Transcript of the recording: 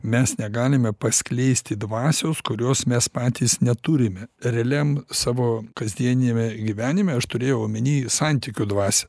mes negalime paskleisti dvasios kurios mes patys neturime realiam savo kasdieniame gyvenime aš turėjau omeny santykių dvasią